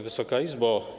Wysoka Izbo!